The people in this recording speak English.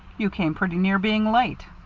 you came pretty near being late.